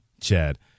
Chad